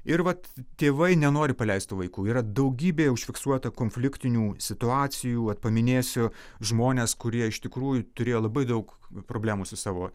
ir vat tėvai nenori paleist tų vaikų yra daugybė užfiksuota konfliktinių situacijų vat paminėsiu žmones kurie iš tikrųjų turėjo labai daug problemų su savo